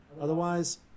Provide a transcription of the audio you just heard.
otherwise